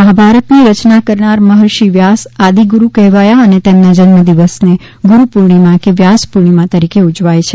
મહાભારતની રચના કરનાર મહર્ષિ વ્યાસ આદિગુરૂ કહેવાયા અને તેમના જન્મ દિવસ ગુરૂ પૂર્ણિમા કે વ્યાસ પૂર્ણિમા તરીકે ઉજવાય છે